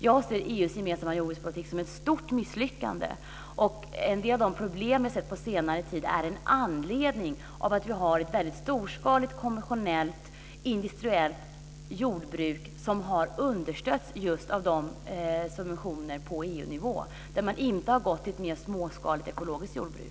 Jag ser EU:s gemensamma jordbrukspolitik som ett stort misslyckande, och en del av de problem som vi har sett på senaste tid är orsakade av att vi har ett väldigt storskaligt, konventionellt och industriellt jordbruk som har understötts just av dessa subventioner på EU-nivå. Man har inte gått mot ett mer småskaligt, ekologiskt jordbruk.